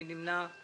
מי נמנע?